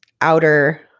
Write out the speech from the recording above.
outer